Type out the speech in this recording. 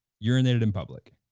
urinated in public.